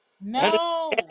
No